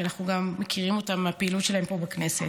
שאנחנו גם מכירים מהפעילות שלהם פה בכנסת.